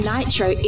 Nitro